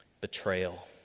Betrayal